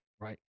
Right